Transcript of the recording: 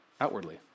Outwardly